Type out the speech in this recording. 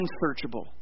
unsearchable